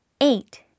Eight